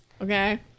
Okay